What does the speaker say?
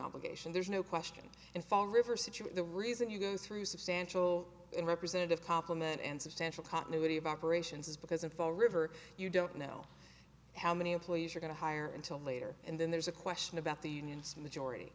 obligation there's no question in fall river situ the reason you go through substantial and representative complement and substantial continuity of operations is because in fall river you don't know how many employees are going to hire until later and then there's a question about the union's majority